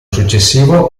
successivo